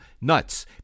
nuts